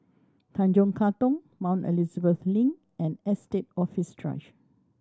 Tanjong Katong Mount Elizabeth Link and Estate Office